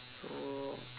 oh